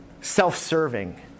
self-serving